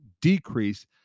decrease